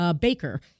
baker